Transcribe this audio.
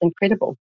incredible